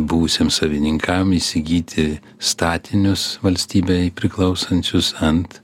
buvusiem savininkam įsigyti statinius valstybei priklausančius ant